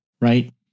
right